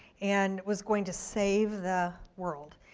and was going to save the world.